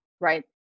Right